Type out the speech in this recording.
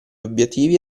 obiettivi